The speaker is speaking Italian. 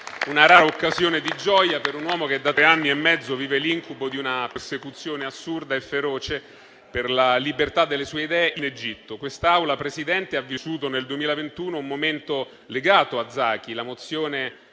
una rara occasione di gioia per un uomo che da tre anni e mezzo vive l'incubo di una persecuzione assurda e feroce per la libertà delle sue idee in Egitto. Nel 2021 quest'Aula ha vissuto un momento legato a Zaki, con